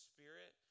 Spirit